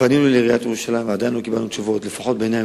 פנינו אל עיריית ירושלים ועדיין לא קיבלנו תשובות מספקות.